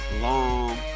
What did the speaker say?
long